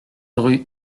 rue